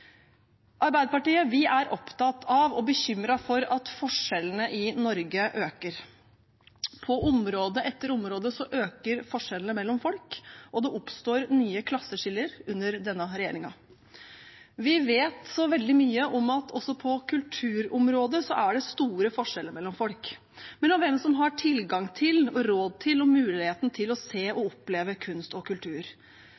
Arbeiderpartiet er opptatt av og bekymret over at forskjellene i Norge øker. På område etter område øker forskjellene mellom folk, og det oppstår nye klasseskiller under denne regjeringen. Vi vet veldig mye om at også på kulturområdet er det store forskjeller mellom folk, hvem som har tilgang til, råd til og mulighet til å se